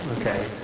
okay